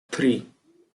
three